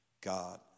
God